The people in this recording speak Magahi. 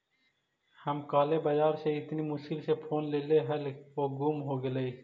हम काले बाजार से इतनी मुश्किल से फोन लेली हल वो गुम हो गेलई